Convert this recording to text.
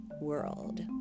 world